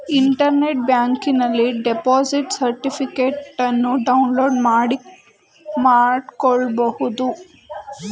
internet ಬ್ಯಾಂಕಿಂಗನಲ್ಲಿ deposit ಸರ್ಟಿಫಿಕೇಟನ್ನು download ಮಾಡ್ಕೋಬಹುದು